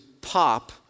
pop